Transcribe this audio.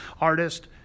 artist